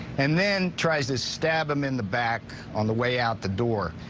and then tries to stab him in the back on the way out the door.